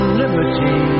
liberty